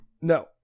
No